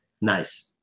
nice